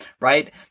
right